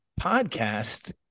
podcast